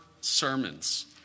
sermons